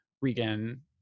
Regan